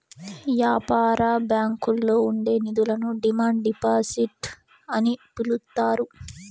యాపార బ్యాంకుల్లో ఉండే నిధులను డిమాండ్ డిపాజిట్ అని పిలుత్తారు